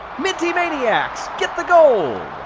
minty maniacs get the gold.